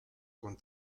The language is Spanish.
con